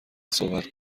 صحبت